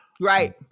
Right